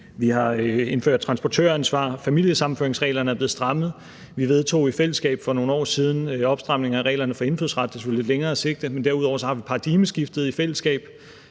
Vi har indført transportøransvar. Familiesammenføringsreglerne er blevet strammet. Vi vedtog i fællesskab for nogle år siden opstramning af reglerne for indfødsret; det er selvfølgelig på lidt længere sigt. Men derudover har vi lavet paradigmeskiftet i fællesskab,